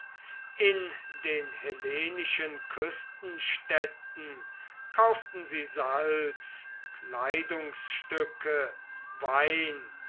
in den hellenischen küstenstädten kauften sie salz kleidungstücke wein